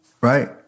right